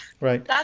Right